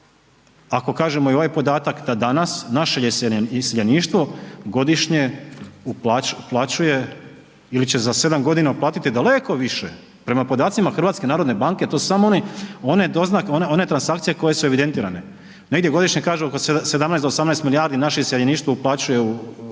ako kažemo i ovaj podatak da danas naše iseljeništvo godišnje uplaćuje ili će za 7 godina uplatiti daleko više prema podacima HNB-a to su samo oni, one transakcije koje su evidentirane, negdje godišnje kažu oko 17 do 18 milijardi naše iseljeništvo uplaćuje na